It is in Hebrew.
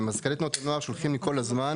מזכ"לי תנועות הנוער שולחים לי כל הזמן.